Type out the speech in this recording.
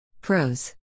Pros